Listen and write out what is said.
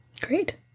Great